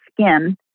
skin